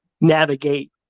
navigate